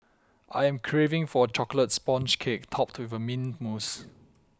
I am craving for a Chocolate Sponge Cake Topped with Mint Mousse